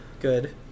good